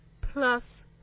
plus